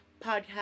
podcast